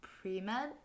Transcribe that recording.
pre-med